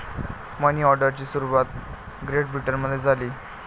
मनी ऑर्डरची सुरुवात ग्रेट ब्रिटनमध्ये झाली